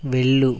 వెళ్ళు